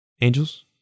Angels